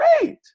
great